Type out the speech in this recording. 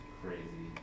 crazy